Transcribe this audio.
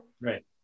Right